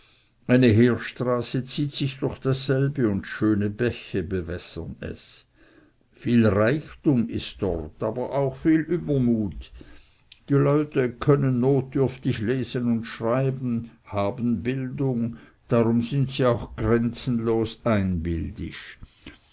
eine heerstraße zieht sich durch dasselbe und schöne bäche bewässern es viel reichtum ist dort aber auch viel übermut die leute können notdürftig lesen und schreiben haben bildung darum sind sie auch grenzenlos